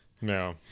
No